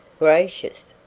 gracious!